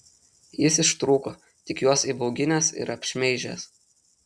jis ištrūko tik juos įbauginęs ir apšmeižęs